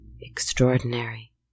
extraordinary